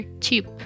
cheap